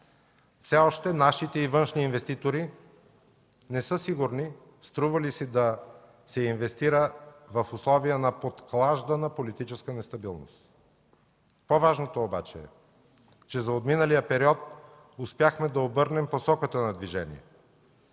Все още нашите и външни инвеститори не са сигурни струва ли си да се инвестира в условия на подклаждана политическа нестабилност. По-важното обаче е, че за отминалия период успяхме да обърнем посоката на движение,